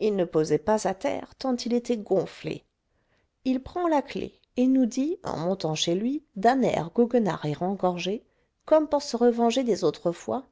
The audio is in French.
il ne posait pas à terre tant il était gonflé il prend la clef et nous dit en montant chez lui d'un air goguenard et rengorgé comme pour se revenger des autres fois